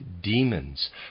demons